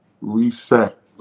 reset